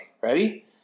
Ready